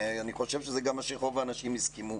אני חושב שזה גם מה שרוב האנשים הסכימו